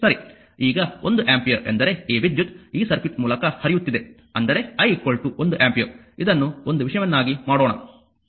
ಈಗ ಒಂದು ಆಂಪಿಯರ್ ಎಂದರೆ ಈ ವಿದ್ಯುತ್ ಈ ಸರ್ಕ್ಯೂಟ್ ಮೂಲಕ ಹರಿಯುತ್ತಿದೆ ಅಂದರೆ i 1 ಆಂಪಿಯರ್ಗೆ ಇದನ್ನು ಒಂದು ವಿಷಯವನ್ನಾಗಿ ಮಾಡೋಣ